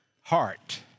heart